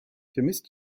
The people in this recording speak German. vermisst